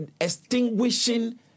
extinguishing